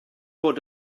bod